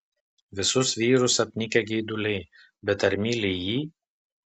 visus vyrus apnikę geiduliai bet ar myli jį